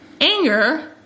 anger